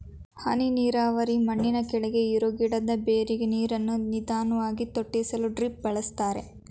ಹನಿ ನೀರಾವರಿ ಮಣ್ಣಿನಕೆಳಗೆ ಇರೋ ಗಿಡದ ಬೇರಿಗೆ ನೀರನ್ನು ನಿಧಾನ್ವಾಗಿ ತೊಟ್ಟಿಸಲು ಡ್ರಿಪ್ ಬಳಸ್ತಾರೆ